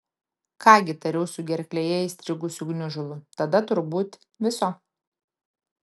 ką gi tariau su gerklėje įstrigusiu gniužulu tada turbūt viso